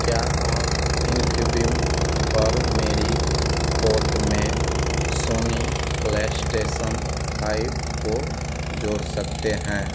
क्या आप इन्फीबीम पर मेरी कोर्ट में सोनी प्लेस्टेशन फाइव को जोड़ सकते हैं